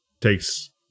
Takes